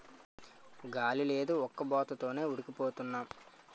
గాలి లేదు ఉక్కబోత తోనే ఉడికి పోతన్నాం